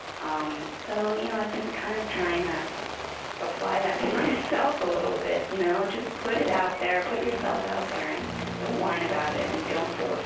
um so you know i've been kind of trying to apply that to myself a little bit. you know just put it out there, put yourself out there, and and don't whine about it and don't